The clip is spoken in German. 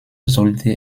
sollte